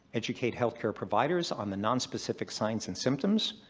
educate healthcare providers on the nonspecific signs and symptoms.